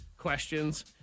questions